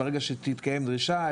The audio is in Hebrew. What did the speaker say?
ברגע שתתקיים דרישה לכך,